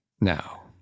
Now